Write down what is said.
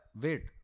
Wait